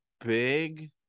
big